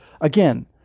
again